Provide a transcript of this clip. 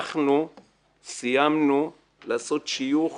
אנחנו סיימנו לעשות שיוך